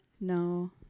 No